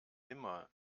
immer